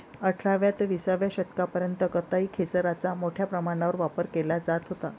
अठराव्या ते विसाव्या शतकापर्यंत कताई खेचराचा मोठ्या प्रमाणावर वापर केला जात होता